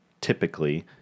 typically